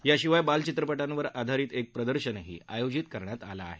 याशिवाय बाल चित्रपटांवर आधारित एक प्रदर्शनही आयोजित करण्यात आलं आहे